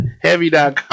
heavy.com